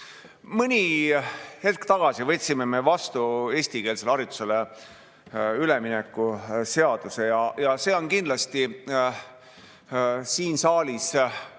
Mõni hetk tagasi võtsime me vastu eestikeelsele haridusele ülemineku seaduse. See on kindlasti siin saalis sel